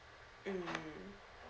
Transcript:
mm